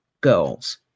girls